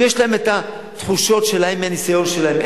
יש להם התחושות שלהם, מהניסיון שלהם.